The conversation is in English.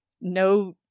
no